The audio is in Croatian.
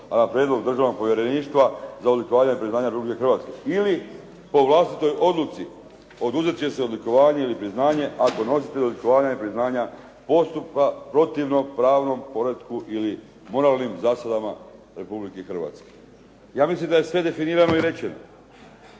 a Prijedlog državnog povjereništva za odlikovanja i priznanja Republike Hrvatske. Ili po vlastitoj odluci oduzeti će odlikovanje ili priznanje ako nositelj odlikovanja i priznanja postupka protivnog pravnom poretku ili moralnim zaslugama Republike Hrvatske. Ja mislim da je sve definirano i rečeno.